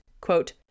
quote